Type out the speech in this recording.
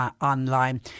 online